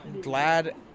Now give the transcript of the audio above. Glad